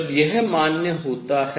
जब यह मान्य होता है